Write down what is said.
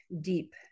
deep